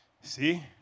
See